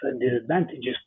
disadvantages